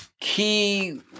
key